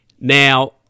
Now